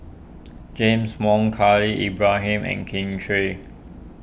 James Wong Khalil Ibrahim and Kin Chui